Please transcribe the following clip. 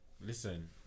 Listen